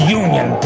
union